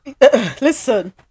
listen